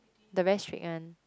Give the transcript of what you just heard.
the very strict one